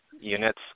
units